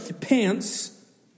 pants